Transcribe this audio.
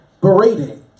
berating